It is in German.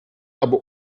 aber